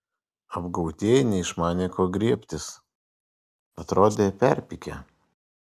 apgautieji neišmanė ko griebtis atrodė perpykę